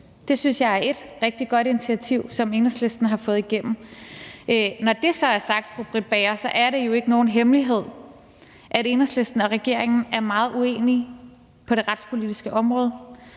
Det synes jeg er et rigtig godt initiativ, som Enhedslisten har fået gennem. Når det så er sagt, fru Britt Bager, er det jo ikke nogen hemmelighed, at Enhedslisten og regeringen er meget uenige på det retspolitiske område,